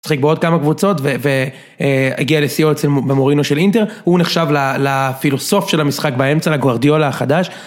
משחק בעוד כמה קבוצות והגיע לסיוע במורינו של אינטר הוא נחשב לפילוסוף של המשחק באמצע לגורדיאולה החדש